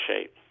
shape